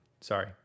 Sorry